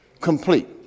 complete